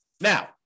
Now